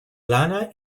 lana